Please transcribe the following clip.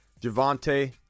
Javante